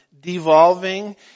devolving